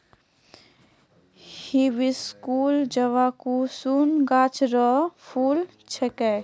hibiscus जवाकुसुम गाछ रो फूल छिकै